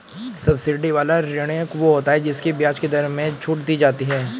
subsidy वाला ऋण वो होता है जिसकी ब्याज की दर में छूट दी जाती है